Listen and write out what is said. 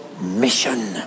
mission